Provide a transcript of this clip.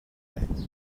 байна